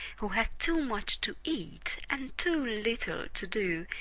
who had too much to eat and too little to do,